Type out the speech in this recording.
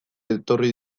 etorri